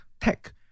tech